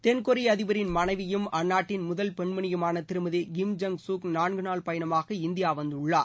தென்கொரியா அதிபரின் மனைவியும் அந்நாட்டின் முதல் பெண்மனியுமான திருமதி கிம் ஜங் சூக் நான்கு நாள் பயணமாக இந்தியா வந்துள்ளார்